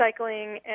recycling